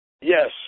Yes